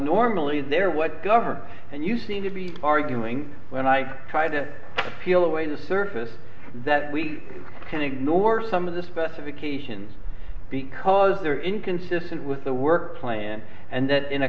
normally there what government and you seem to be arguing when i try to peel away the surface that we can ignore some of the specifications because they're inconsistent with the work plan and that in a